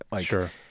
Sure